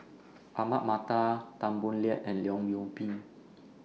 Ahmad Mattar Tan Boo Liat and Leong Yoon Pin